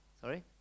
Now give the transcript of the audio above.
Sorry